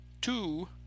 two